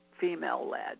female-led